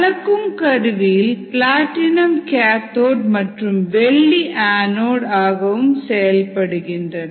அளக்கும் கருவியில் platinum cathode மற்றும் வெள்ளி ஆநோடு ஆகவும் செயல்படுகின்றன